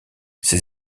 ces